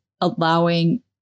allowing